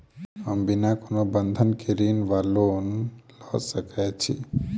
हम बिना कोनो बंधक केँ ऋण वा लोन लऽ सकै छी?